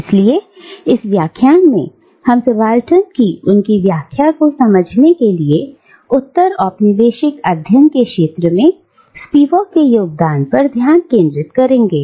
इसलिए इस व्याख्यान में हम सबाल्टर्न कि उनकी व्याख्या को समझने के लिए उत्तर औपनिवेशिक अध्ययन के क्षेत्र में स्पीवक के योगदान पर ध्यान केंद्रित करेंगे